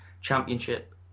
championship